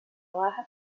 baja